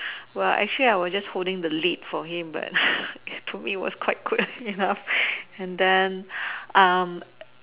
well actually I was just holding the lid for him but he told me it's quite good enough and then um